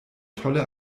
tolle